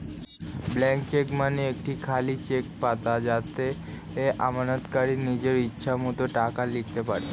blank cheque মানে একটি খালি চেক পাতা যাতে আমানতকারী নিজের ইচ্ছে মতো টাকা লিখতে পারে